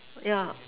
yeah